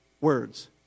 words